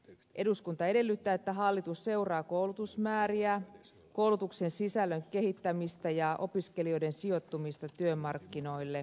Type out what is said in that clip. eduskunta edellyttää että hallitus seuraa ammattikorkeakoulujen koulutusmääriä koulutuksen sisällön kehittämistä ja opiskelijoiden sijoittumista työmarkkinoille